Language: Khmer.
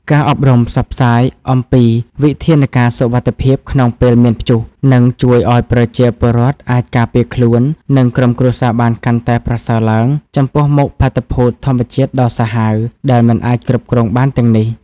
ការអប់រំផ្សព្វផ្សាយអំពីវិធានការសុវត្ថិភាពក្នុងពេលមានព្យុះ នឹងជួយឱ្យប្រជាពលរដ្ឋអាចការពារខ្លួន និងក្រុមគ្រួសារបានកាន់តែប្រសើរឡើង ចំពោះមុខបាតុភូតធម្មជាតិដ៏សាហាវដែលមិនអាចគ្រប់គ្រងបានទាំងនេះ។